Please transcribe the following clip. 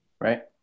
Right